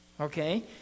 okay